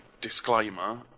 disclaimer